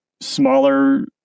smaller